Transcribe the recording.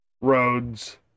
roads